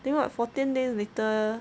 then what fourteen days later